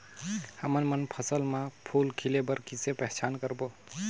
हमन मन फसल म फूल खिले बर किसे पहचान करबो?